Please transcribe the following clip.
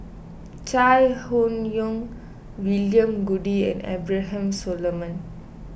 Chai Hon Yoong William Goode and Abraham Solomon